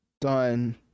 done